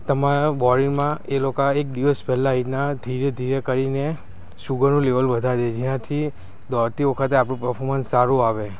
તમારા બોડીમાં એ લોકા એક દિવસ પહેલાં એ રીતના ધીરે ધીરે કરીને સુગરનું લેવલ વધારે છે જેનાથી દોડતી વખતે આપણું પર્ફોમન્સ સારું આવે